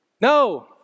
No